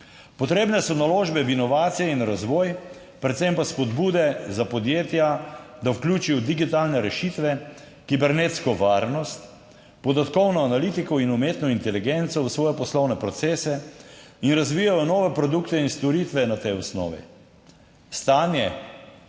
Potrebne so naložbe v inovacije in razvoj, predvsem pa spodbude za podjetja, da vključijo digitalne rešitve, kibernetsko varnost, podatkovno analitiko in umetno inteligenco v svoje poslovne procese in razvijajo nove produkte in storitve na tej osnovi.